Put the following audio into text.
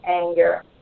anger